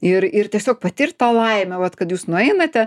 ir ir tiesiog patirt tą laimę vat kad jūs nueinate